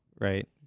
right